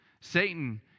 Satan